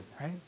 right